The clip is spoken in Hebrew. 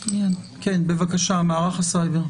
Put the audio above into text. בבקשה, מערך הסייבר.